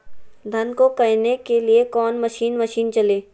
धन को कायने के लिए कौन मसीन मशीन चले?